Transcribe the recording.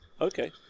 Okay